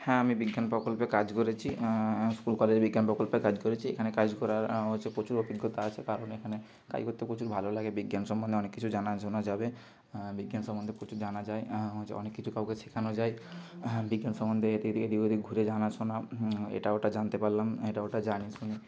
হ্যাঁ আমি বিজ্ঞান প্রকল্পে কাজ করেছি স্কুল কলেজ বিজ্ঞান প্রকল্পে কাজ করেছি এখানে কাজ করার আমার কাছে প্রচুর অভিজ্ঞতা আছে কারণ এখানে কাজ করতে প্রচুর ভালো লাগে বিজ্ঞান সম্বন্ধে অনেক কিছু জানা শোনা যাবে বিজ্ঞান সম্বন্ধে প্রচুর জানা যায় হচ্ছে অনেক কিছু কাউকে শেখানো যায় হ্যাঁ বিজ্ঞান সম্বন্ধে এদিক ওদিক ঘুরে জানা শোনা এটা ওটা জানতে পারলাম এটা ওটা জানি শুনি